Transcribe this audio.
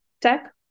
tech